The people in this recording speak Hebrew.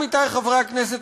עמיתי חברי הכנסת,